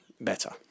better